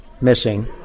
missing